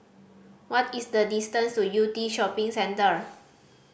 what is the distance to Yew Tee Shopping Centre